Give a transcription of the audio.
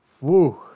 Woo